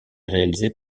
réalisée